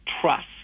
trust